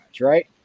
right